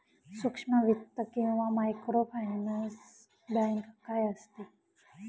सूक्ष्म वित्त किंवा मायक्रोफायनान्स बँक काय असते?